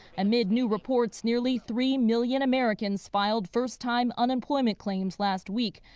amid new reports nearly three million americans filed first-time unemployment claims last week,